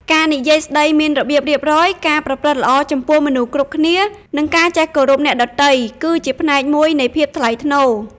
ការនិយាយស្តីមានរបៀបរៀបរយ ការប្រព្រឹត្តល្អចំពោះមនុស្សគ្រប់គ្នា និងការចេះគោរពអ្នកដទៃ គឺជាផ្នែកមួយនៃភាពថ្លៃថ្នូរ។